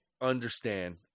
understand